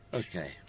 okay